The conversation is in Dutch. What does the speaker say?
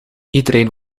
iedereen